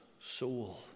soul